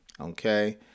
Okay